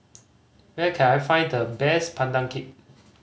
where can I find the best Pandan Cake